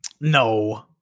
No